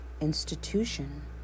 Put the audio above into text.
institution